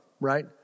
Right